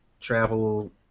travel